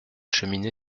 cheminée